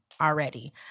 already